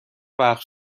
وقت